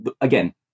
again